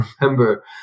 remember